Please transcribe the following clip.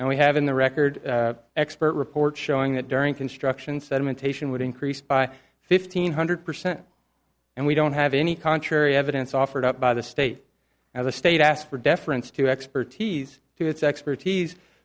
and we have in the record expert report showing that during construction sedimentation would increase by fifteen hundred percent and we don't have any contrary evidence offered up by the state and the state asked for deference to expertise to its expertise